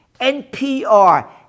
NPR